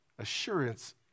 assurance